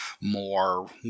more